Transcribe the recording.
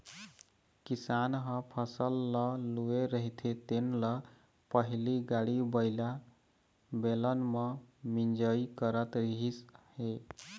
किसान ह फसल ल लूए रहिथे तेन ल पहिली गाड़ी बइला, बेलन म मिंजई करत रिहिस हे